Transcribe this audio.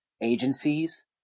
Agencies